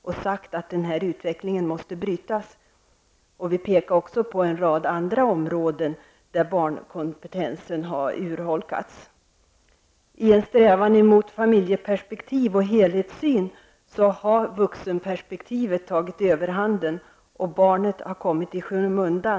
Vi menar att den här utvecklingen måste brytas. Vi pekar också på en rad andra områden där barnkompetensen har urholkats. I en strävan mot familjeperspektiv och helhetssyn har vuxenperspektivet tagit överhanden och barnet kommit i skymundan.